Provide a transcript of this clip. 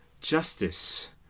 justice